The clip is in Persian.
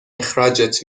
اخراجت